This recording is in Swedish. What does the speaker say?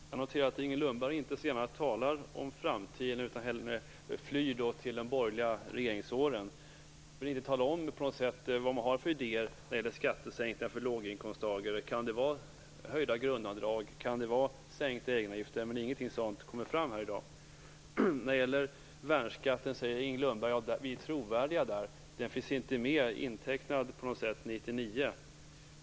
Fru talman! Jag noterar att Inger Lundberg inte så gärna talar om framtiden utan hellre flyr till de borgerliga regeringsåren. Hon vill inte tala om vilka idéer man har när det gäller skattesänkningar för låginkomsttagare. Kan det vara höjda grundavdrag? Kan det vara sänkta egenavgifter? Ingenting sådant kommer fram här i dag. När det gäller värnskatten säger Inger Lundberg att Socialdemokraterna är trovärdiga och att det inte finns pengar intecknade för den för 1999.